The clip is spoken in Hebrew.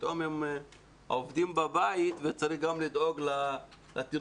שפתאום העובדים נמצאים בבית וצריך גם לדאוג לתינוקת